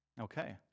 Okay